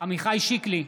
עמיחי שיקלי,